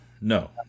no